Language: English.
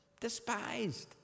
despised